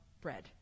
bread